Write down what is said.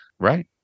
Right